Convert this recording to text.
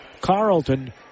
Carlton